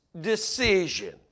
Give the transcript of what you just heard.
decision